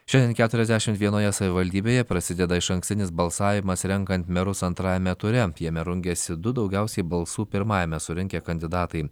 šiandien keturiasdešimt vienoje savivaldybėje prasideda išankstinis balsavimas renkant merus antrajame ture jame rungiasi du daugiausiai balsų pirmajame surinkę kandidatai